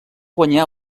guanyà